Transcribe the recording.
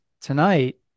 tonight